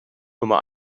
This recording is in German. nummer